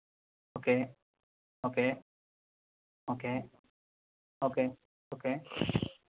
okay okay okay okay okay